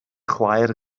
chwaer